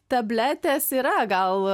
tabletės yra gal